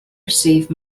receive